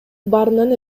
баарынан